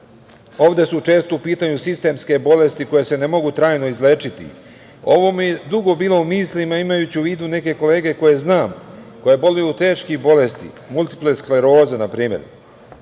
ovde su često u pitanju sistemske bolesti koje se ne mogu trajno izlečiti. Ovo mi je dugo bilo u mislima imajući u vidu neke kolege koje znam koje boluju od teških bolesti multiple skleroze na primer,